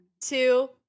two